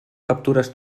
captures